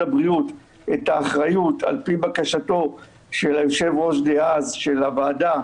הבריאות את האחריות על פי בקשתו של היושב-ראש דאז של הוועדה,